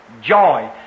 joy